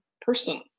person